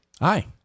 Hi